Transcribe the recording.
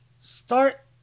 start